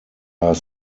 are